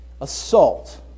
assault